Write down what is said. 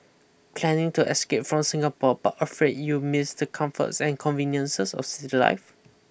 planning to escape from Singapore but afraid you'll miss the comforts and conveniences of city life